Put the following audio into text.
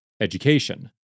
Education